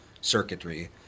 circuitry